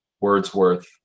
Wordsworth